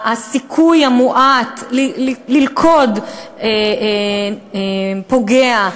הסיכוי המועט ללכוד פוגע,